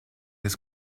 his